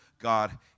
God